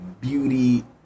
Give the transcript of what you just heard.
beauty